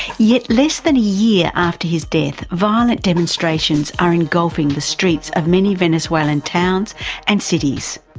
yet less than a year after his death, violent demonstrations are engulfed the streets of many venezuelan towns and cities,